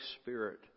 Spirit